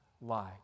lie